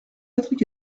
patrick